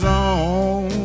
on